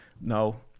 No